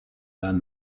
than